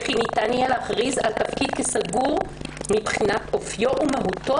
וכי ניתן יהיה להכריז על תפקיד כסגור מבחינת אופיו ומהותו